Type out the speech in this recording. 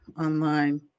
online